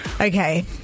Okay